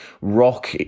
rock